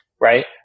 right